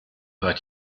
war